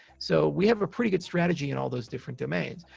so, we have a pretty good strategy in all those different domains.